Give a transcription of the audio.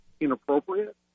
inappropriate